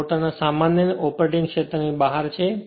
અને મોટરના સામાન્ય ઓપરેટિંગ ક્ષેત્રની બહાર છે